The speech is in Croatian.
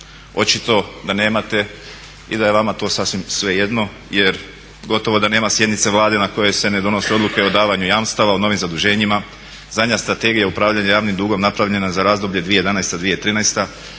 Očito da nemate i da je vama to sasvim svejedno jer gotovo da nema sjednice Vlade na kojoj se ne donese odluke o davanju jamstava, o novim zaduženjima. Zadnja strategija upravljanja javnim dugom je napravljena za razdoblje 2011.-2013.,